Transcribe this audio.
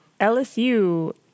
LSU